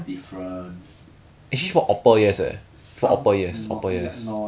no not just this route if you buy maybe their M_S_I version or maybe ASUS right